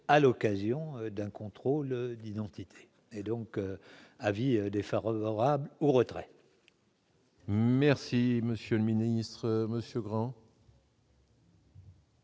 à l'occasion d'un contrôle d'identité et donc avis des Far Rabat au retrait. Merci monsieur le ministre, monsieur Grand.